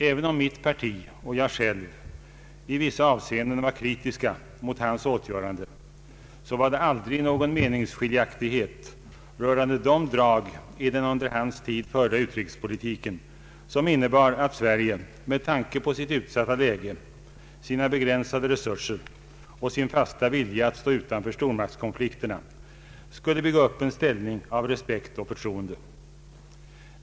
Även om mitt parti och jag själv i vissa avseenden var kritiska mot hans åtgöranden, så var det aldrig någon meningsskiljaktighet rörande de drag i den under hans tid förda utrikespolitiken som innebar att Sverige med tanke på sitt utsatta läge, sina begränsade resurser och sin fasta vilja att stå utanför stormaktskonflikterna skulle bygga upp en ställning av respekt och förtroende.